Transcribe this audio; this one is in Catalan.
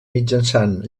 mitjançant